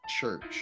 church